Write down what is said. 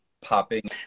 popping